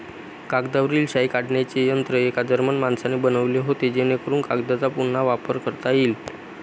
कागदावरील शाई काढण्याचे यंत्र एका जर्मन माणसाने बनवले होते जेणेकरून कागदचा पुन्हा वापर करता येईल